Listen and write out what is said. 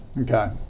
Okay